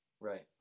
Right